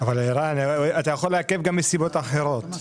אבל אתה יכול לעכב גם מסיבות אחרות.